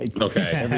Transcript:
okay